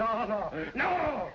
no no